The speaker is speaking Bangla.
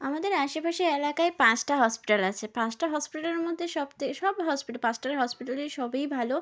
আমাদের আশেপাশে এলাকায় পাঁচটা হসপিটাল আছে পাঁচটা হসপিটালের মধ্যে সব হসপিটাল পাঁচটা হসপিটালই সবই ভালো